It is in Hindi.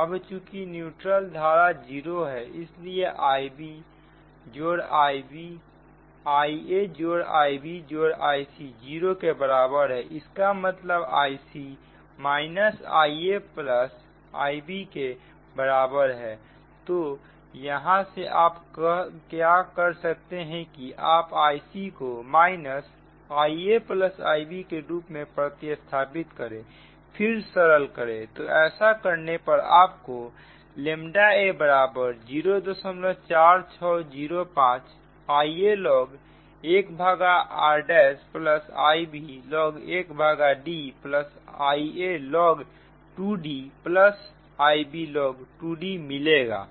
अब चुकी न्यूट्रल धारा जीरो हैं इसलिए IaIbIc जीरो के बराबर है इसका मतलब Ic IaIb के बराबर है तो यहां से आप क्या कर सकते हैं कि आप Ic को IaIb के रूप में प्रतिस्थापित करें फिर सरल करें तो ऐसा करने पर आपको a04605 Ialog 1r'Iblog1DIalog 2D Iblog 2D मिलेगा